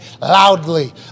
loudly